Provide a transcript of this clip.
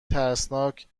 ترسناک